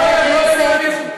לא יכול להיות בכלל.